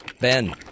Ben